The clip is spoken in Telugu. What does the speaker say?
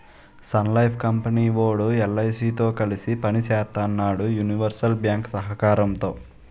సన్లైఫ్ కంపెనీ వోడు ఎల్.ఐ.సి తో కలిసి పని సేత్తన్నాడు యూనివర్సల్ బ్యేంకు సహకారంతో